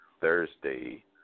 Thursday